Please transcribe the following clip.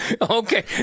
Okay